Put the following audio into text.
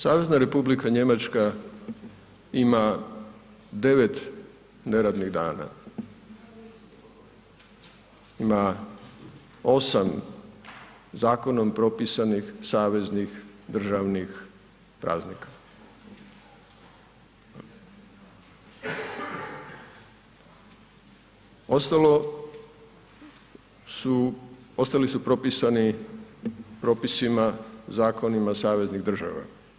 Savezna Republika Njemačka ima 9 neradnih dana, ima 8 zakonom propisanih saveznih državnih praznika, ostali su propisani propisima zakonima saveznih država.